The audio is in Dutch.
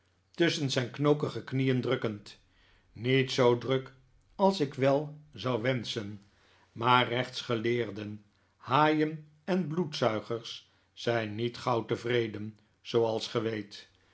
tusschen zijn knokige knieen drukkend niet zoo druk als ik wel zou wenschen maar rechtsgeleerden haaien en bloedzuigers zijn niet gauw tevreden zooals ge weet